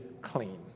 clean